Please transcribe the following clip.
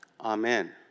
Amen